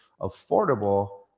affordable